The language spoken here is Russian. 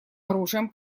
оружием